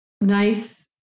nice